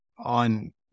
on